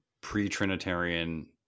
pre-Trinitarian